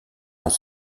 dans